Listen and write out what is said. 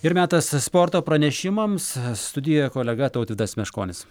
ir metas sporto pranešimams studijoje kolega tautvydas meškonis